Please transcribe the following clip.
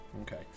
Okay